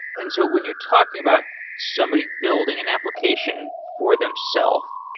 and so when you're talking about somebody building an application for them self,